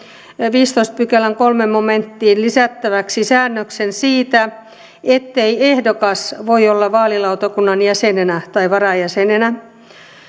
viidennentoista pykälän kolmanteen momenttiin lisättäväksi säännöksen siitä ettei ehdokas voi olla vaalilautakunnan jäsenenä tai varajäsenenä